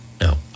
No